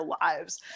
lives